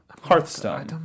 Hearthstone